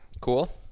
Cool